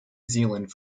zealand